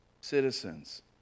citizens